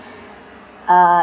uh